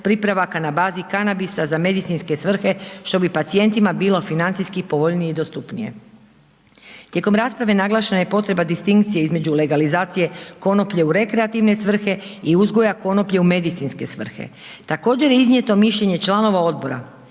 pripravaka na bazi kanabisa za medicinske svrhe što bi pacijentima bilo financijski povoljnije i dostupnije. Tijekom rasprave naglašena je potreba distinkcije između legalizacije konoplje u rekreativne svrhe i uzgoja konoplje u medicinske svrhe. Također je iznijeto mišljenje članova odbora